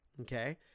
okay